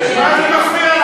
אתה חייב להיות,